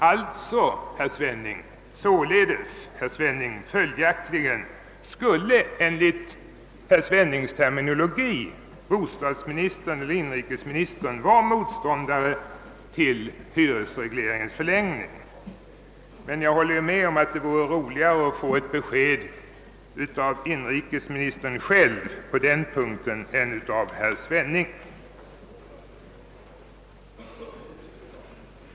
Alltså, således, följaktligen skulle enligt herr Svennings terminologi <:bostadsministern-inrikesministern vara motståndare till hyresregleringens förlängning. Men jag håller med om att det vore roligare att på den punkten få ett besked av inrikesministern själv än av herr Svenning.